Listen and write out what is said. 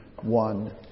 one